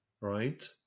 Right